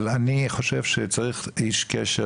אבל אני חושב שצריך איש קשר